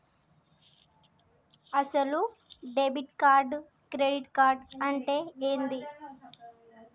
అసలు debit card credit card అంటే ఏంది?